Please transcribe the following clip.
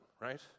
right